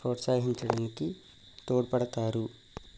ప్రోత్సహించడానికి తోడ్పడతారు